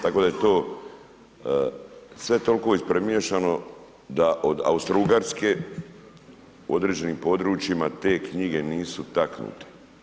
Tako da je to sve toliko ispremiješano da od Autro-Ugarske u određenim područjima te knjige nisu taknute.